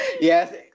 Yes